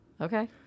okay